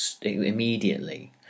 immediately